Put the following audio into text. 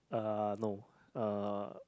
uh no uh